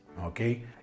okay